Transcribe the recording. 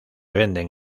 venden